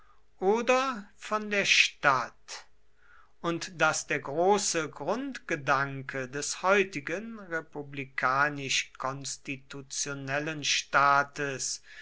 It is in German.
oder von der stadt und daß der große grundgedanke des heutigen republikanisch konstitutionellen staates